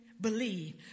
believe